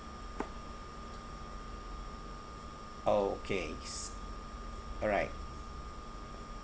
okay s~ all right